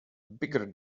bigger